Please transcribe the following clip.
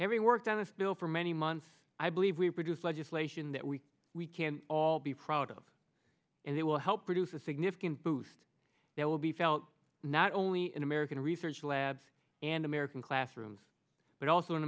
every worked on this bill for many months i believe we produce legislation that we we can all be proud of and it will help produce a significant boost that will be felt not only in american research labs and american classrooms but also